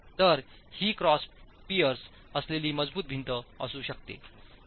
तर ही cross piers असलेली मजबूत भिंत असू शकते